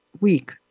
week